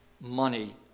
money